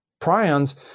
Prions